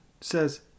says